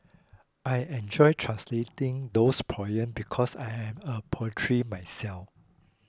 I enjoyed translating those poems because I am a myself